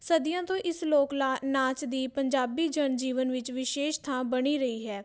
ਸਦੀਆਂ ਤੋਂ ਇਸ ਲੋਕ ਲਾ ਨਾਚ ਦੀ ਪੰਜਾਬੀ ਜਨਜੀਵਨ ਵਿੱਚ ਵਿਸ਼ੇਸ਼ ਥਾਂ ਬਣੀ ਰਹੀ ਹੈ